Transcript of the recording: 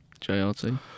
JRT